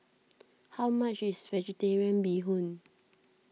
how much is Vegetarian Bee Hoon